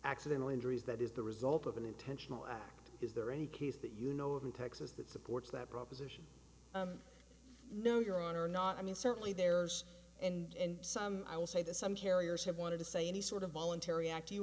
accidental injuries that is the result of an intentional act is there any case that you know of in texas that supports that proposition no your honor or not i mean certainly there's and some i will say the some carriers have wanted to say any sort of voluntary act you